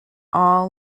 all